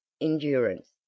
endurance